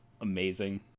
Amazing